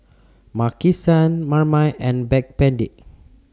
Maki San Marmite and Backpedic